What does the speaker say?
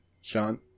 Sean